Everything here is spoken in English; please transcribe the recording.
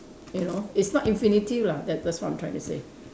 you know it's not infinity lah that's what I'm trying to say